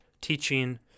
teaching